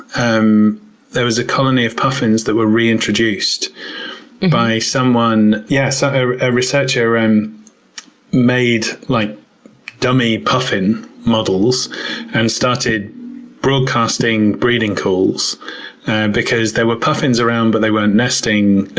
um there was a colony of puffins that were reintroduced by someone. yeah so a ah researcher made like dummy puffin models and started broadcasting breeding calls because there were puffins around, but they weren't nesting,